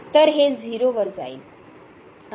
तर हे 0 वर जाईल आणि हे 1 मिळेल